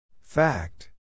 Fact